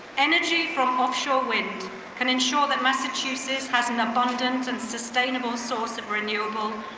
energy from offshore wind can ensure that massachusetts has an abundant and sustainable source of renewable,